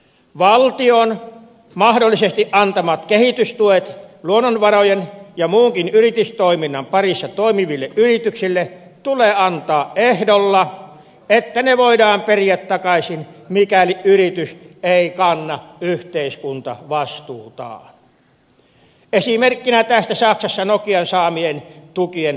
valtion mahdollisesti antamat kehitystuet luonnonvarojen ja muunkin yritystoiminnan parissa toimiville yrityksille tulee antaa ehdolla että ne voidaan periä takaisin mikäli yritys ei kanna yhteiskuntavastuutaan esimerkkinä tästä saksassa nokian saamien tukien takaisinperintä